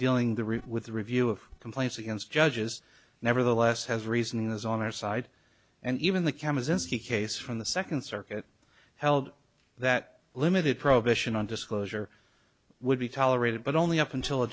route with the review of complaints against judges nevertheless has reason is on our side and even the kemas is he case from the second circuit held that limited prohibition on disclosure would be tolerated but only up until a